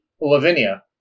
Lavinia